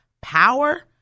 power